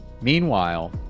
Meanwhile